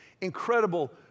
incredible